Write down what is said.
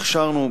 הכשרנו,